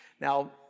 Now